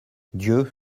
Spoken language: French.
dieu